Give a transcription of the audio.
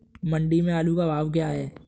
मंडी में आलू का भाव क्या है?